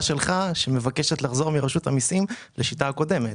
שלך שמבקשת מרשות המיסים לחזור לשיטה הקודמת,